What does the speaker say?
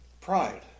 Pride